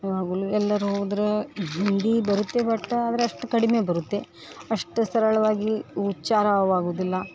ಯಾವಾಗಲೂ ಎಲ್ಲಾರೂ ಹೋದ್ರೆ ಹಿಂದಿ ಬರುತ್ತೆ ಬಟ್ ಆದ್ರೆ ಅಷ್ಟು ಕಡಿಮೆ ಬರುತ್ತೆ ಅಷ್ಟು ಸರಳವಾಗಿ ಉಚ್ಚಾರ ಅವು ಆಗುವುದಿಲ್ಲ